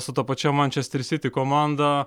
su ta pačia mančester siti komanda